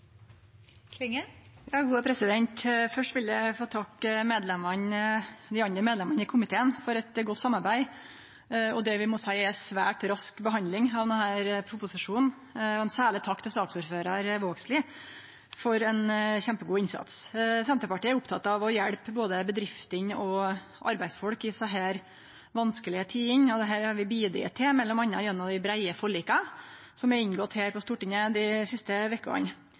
Først vil eg få takke dei andre medlemene i komiteen for eit godt samarbeid i ei svært rask behandling av denne proposisjonen, og ein særleg takk til saksordførar Vågslid for ein kjempegod innsats. Senterpartiet er oppteke av å hjelpe både bedriftene og arbeidsfolk i desse vanskelege tidene, og det har vi bidrege til m.a. gjennom dei breie forlika som er inngått her på Stortinget dei siste vekene.